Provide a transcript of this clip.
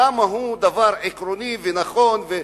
כמה הוא דבר עקרוני ונכון,